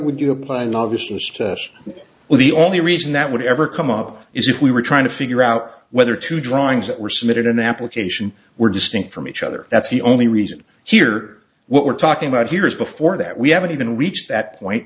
would you apply not just well the only reason that would ever come up is if we were trying to figure out whether two drawings that were submitted an application were distinct from each other that's the only reason here what we're talking about here is before that we haven't even reached that point